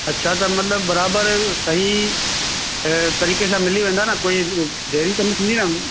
अछा त मतलबु बराबर सही तरीक़े सां मिली वेंदा न कोई देरी त न थींदी न